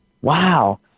wow